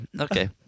Okay